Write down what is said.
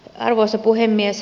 arvoisa puhemies